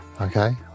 Okay